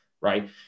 right